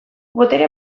botere